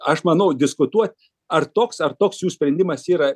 aš manau diskutuot ar toks ar toks jų sprendimas yra